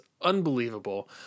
unbelievable